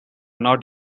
not